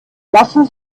lassen